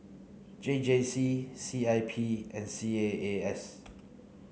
J J C C I P and C A A S